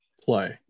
play